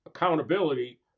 Accountability